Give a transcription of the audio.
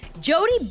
Jody